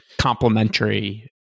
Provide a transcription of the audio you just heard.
complementary